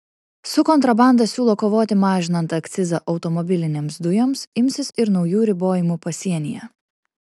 su kontrabanda siūlo kovoti mažinant akcizą automobilinėms dujoms imsis ir naujų ribojimų pasienyje